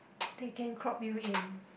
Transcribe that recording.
they can crop you in